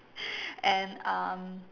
and um